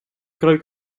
kreuk